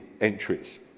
entries